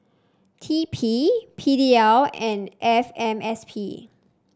T P P D L and F M S P